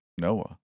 Noah